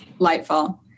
lightfall